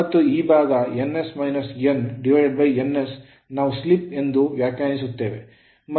ಮತ್ತು ಈ ಭಾಗ ns - n ns ನಾವು slip ಸ್ಲಿಪ್ ಎಂದು ವ್ಯಾಖ್ಯಾನಿಸುತ್ತೇವೆ